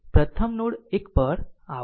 પ્રથમ નોડ 1 પર આવો